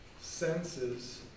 senses